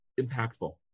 impactful